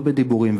לא בדיבורים.